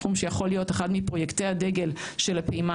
תחום שיכול להיות אחד מפרויקטי הדגל של הפעימה